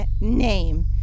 name